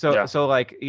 so yeah. so like, yeah